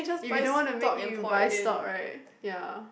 if you don't wanna make it you buy stock right ya